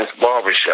Barbershop